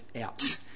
out